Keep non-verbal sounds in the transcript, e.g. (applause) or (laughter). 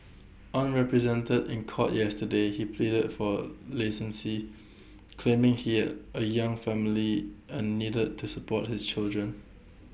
unrepresented in court yesterday he pleaded for (unintelligible) claiming here A young family and needed to support his children